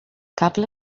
couple